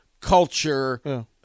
culture